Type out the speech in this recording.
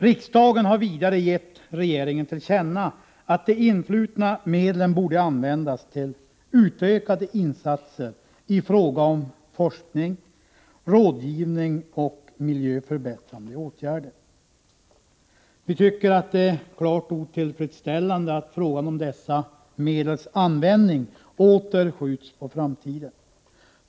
Riksdagen har vidare gett regeringen till känna att de influtna medlen borde användas till utökade insatser i fråga om forskning, rådgivning och miljöförbättrande åtgärder. Vi tycker att det är klart otillfredsställande att en lösning av frågan om dessa medels användning åter skjuts på framtiden.